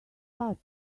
pat